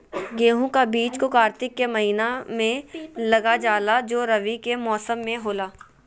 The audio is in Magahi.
गेहूं का बीज को कार्तिक के महीना में लगा जाला जो रवि के मौसम में होला